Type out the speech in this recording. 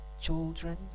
children